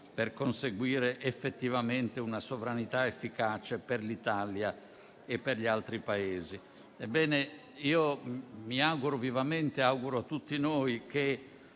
per conseguire effettivamente una sovranità efficace per l'Italia e per gli altri Paesi. Auguro vivamente a tutti noi che